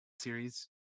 Series